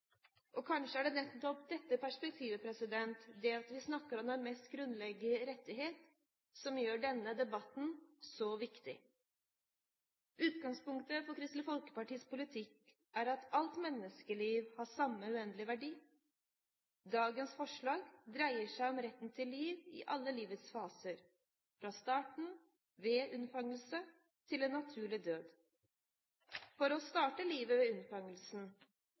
Kanskje er det nettopp dette perspektivet – det at vi snakker om den mest grunnleggende rettighet – som gjør denne debatten så viktig. Utgangspunktet for Kristelig Folkepartis politikk er at alt menneskeliv har samme uendelige verdi. Dagens forslag dreier seg om retten til liv i alle livets faser – fra starten, ved unnfangelse, til en naturlig død. For oss starter livet ved